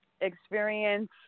experience